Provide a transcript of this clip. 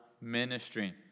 ministry